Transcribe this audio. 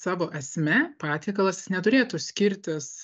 savo esme patiekalas neturėtų skirtis